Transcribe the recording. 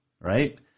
right